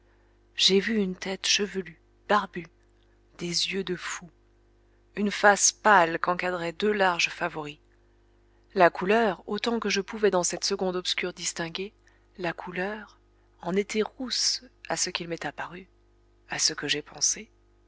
j'ai vu une tête chevelue barbue des yeux de fou une face pâle qu'encadraient deux larges favoris la couleur autant que je pouvais dans cette seconde obscure distinguer la couleur en était rousse à ce qu'il m'est apparu à ce que j'ai pensé